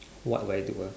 what will I do ah